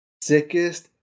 sickest